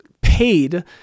paid